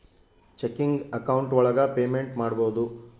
checking account ಒಳಗ payment ಮಾಡ್ಬೋದು